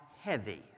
heavy